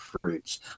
fruits